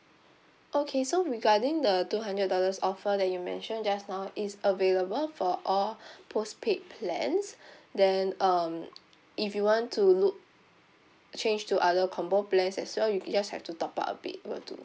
okay so regarding the two hundred dollars offer that you mentioned just now it's available for all postpaid plans then um if you want to look change to other combo plans as well you just have to top up a bit will do